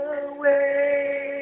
away